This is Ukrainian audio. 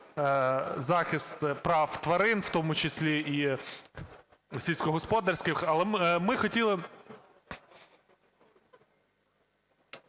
захист прав тварин, в тому числі і сільськогосподарських. Але ми хотіли